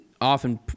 often